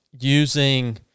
using